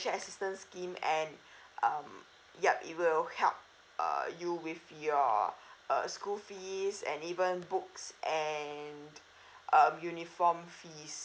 assistance scheme and um yup it will help uh you with your uh school fees and even books and um uniform fees